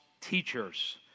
teachers